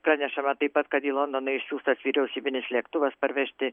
pranešama taip pat kad į londoną išsiųstas vyriausybinis lėktuvas parvežti